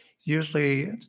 usually